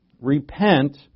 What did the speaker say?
Repent